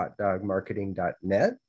hotdogmarketing.net